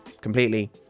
completely